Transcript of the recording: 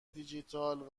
دیجیتال